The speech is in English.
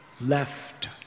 left